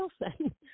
Wilson